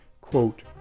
quote